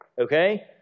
Okay